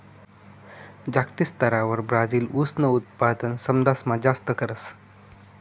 जागतिक स्तरवर ब्राजील ऊसनं उत्पादन समदासमा जास्त करस